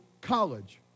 College